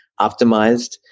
optimized